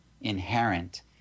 inherent